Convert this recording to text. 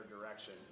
direction